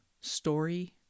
story